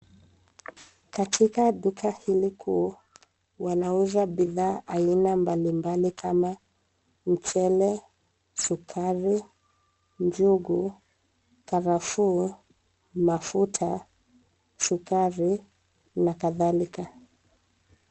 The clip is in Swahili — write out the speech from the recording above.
Katika duka hili kuu, wanauza bidhaa aina mbalimbali kama mchele, sukari, njugu, karafuu, mafuta, sukari, na kadhalika.